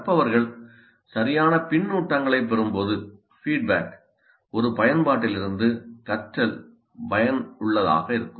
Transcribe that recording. கற்பவர்கள் சரியான பின்னூட்டங்களை பெறும்போது ஒரு பயன்பாட்டிலிருந்து கற்றல் பயனுள்ளதாக இருக்கும்